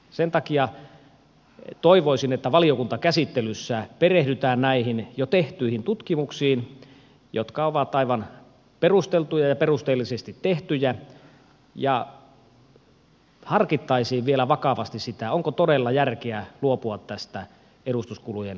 sen takia toivoisin että valiokuntakäsittelyssä perehdytään näihin jo tehtyihin tutkimuksiin jotka ovat aivan perusteltuja ja perusteellisesti tehtyjä ja harkittaisiin vielä vakavasti sitä onko todella järkeä luopua tästä edustuskulujen verovähennysoikeudesta